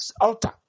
alter